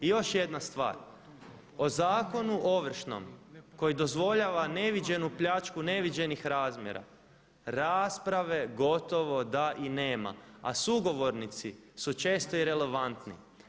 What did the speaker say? I još jedna stvar, o Zakonu ovršnom koji dozvoljava neviđenu pljačku, neviđenih razmjera rasprave gotovo da i nema a sugovornici su često i relevantni.